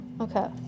okay